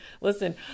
Listen